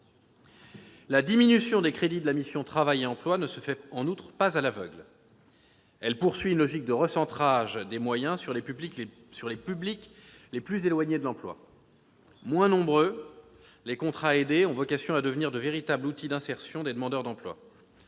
La diminution des crédits de la mission « Travail et emploi » ne se fait en outre pas à l'aveugle. Elle poursuit une logique de recentrage des moyens sur les publics les plus éloignés de l'emploi. Moins nombreux, les contrats aidés ont vocation à devenir de véritables outils d'insertion des demandeurs d'emploi.